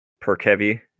perk-heavy